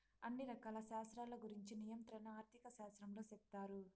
అన్ని రకాల శాస్త్రాల గురుంచి నియంత్రణ ఆర్థిక శాస్త్రంలో సెప్తారు